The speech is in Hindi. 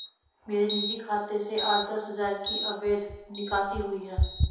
मेरे निजी खाते से आज दस हजार की अवैध निकासी हुई है